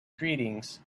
greetings